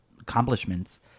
accomplishments